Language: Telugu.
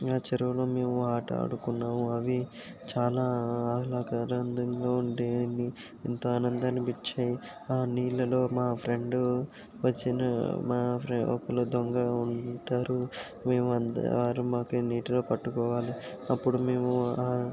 ఆ చెరువులో మేము ఆట ఆడుకున్నాము అవి చాలా ఆహ్లాదకరంగా ఉండేది ఎంతో ఆనందం అనిపించేది ఆ నీళ్ళలో మా ఫ్రెండు వచ్చిన మా ఒకరు దొంగ ఉంటారు మేము అందరం వారు మాకు నీటిలో పట్టుకోవాలి అప్పుడు మేము